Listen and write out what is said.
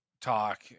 talk